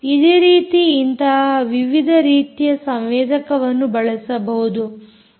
ಇದೇ ರೀತಿ ಇಂತಹ ವಿವಿಧ ರೀತಿಯ ಸಂವೇದಕವನ್ನು ಬಳಸಬಹುದು